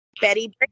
Betty